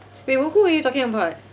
wait who are you talking about